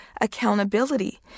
accountability